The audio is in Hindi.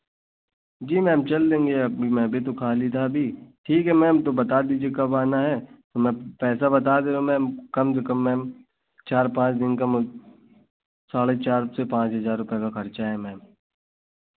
जी मैम चल देंगे मैं भी तो खाली था अभी ठीक है मैम तो बता दीजिए कब आना है मैं पैसा बता दे रहा मैम कम से कम मैम चार पाँच दिन का मैम साढ़े चार से पाँच हज़ार रुपये का खर्चा है मैम